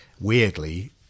Weirdly